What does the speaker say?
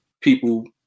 people